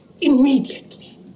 immediately